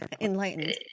enlightened